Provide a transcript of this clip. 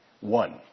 One